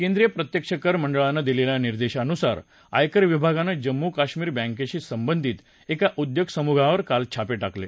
केंद्रीय प्रत्यक्ष कर मंडळानं दिलेल्या निर्देशानुसार आयकर विभागानं जम्मू कश्मीर बँकेशी संबंधित एका उद्योग समूहावर काल छापे टाकले